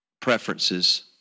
preferences